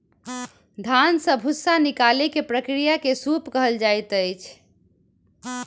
धान से भूस्सा निकालै के प्रक्रिया के सूप कहल जाइत अछि